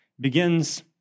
begins